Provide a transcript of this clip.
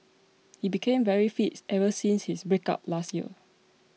he became very fits ever since his breakup last year